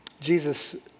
Jesus